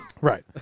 Right